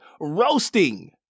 Roasting